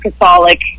Catholic